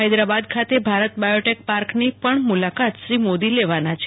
હૈદરાબાદ ખાતે ભારત બાયોટેક પાર્કની પણ મુલાકાત શ્રી મોદી લેવાના છે